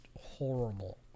horrible